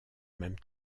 même